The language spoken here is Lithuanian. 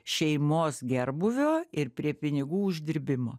šeimos gerbūvio ir prie pinigų uždirbimo